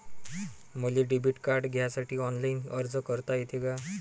मले debit card घ्यासाठी online अर्ज करता येते का?